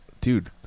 dude